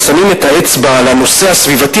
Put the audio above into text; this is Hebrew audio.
ושמים את האצבע על הנושא הסביבתי,